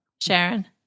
Sharon